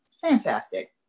fantastic